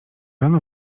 rano